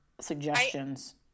suggestions